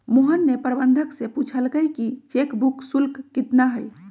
मोहन ने प्रबंधक से पूछल कई कि चेक बुक शुल्क कितना हई?